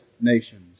nations